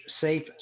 safe